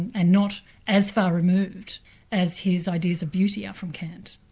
and not as far removed as his ideas of beauty are from kant.